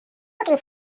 looking